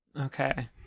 Okay